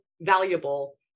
valuable